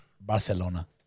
Barcelona